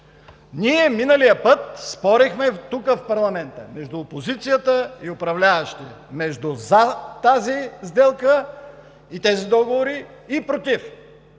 Ние миналия път спорехме тук в парламента между опозицията и управляващите „за“ тази сделка и тези договори и „против“.